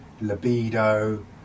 libido